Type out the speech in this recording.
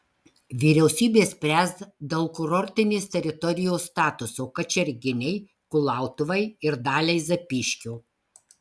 vyriausybė spręs dėl kurortinės teritorijos statuso kačerginei kulautuvai ir daliai zapyškio